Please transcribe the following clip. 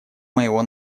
моего